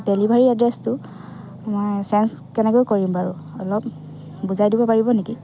delivery এড্ৰেছটো মই change কেনেকৈ কৰিম বাৰু অলপ বুজাই দিব পাৰিব নেকি